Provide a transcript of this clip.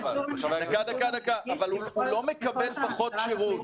אבל הוא לא מקבל פחות שירות.